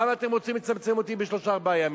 למה אתם רוצים לצמצם אותי בשלושה-ארבעה ימים?